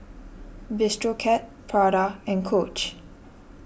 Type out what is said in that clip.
Bistro Cat Prada and Coach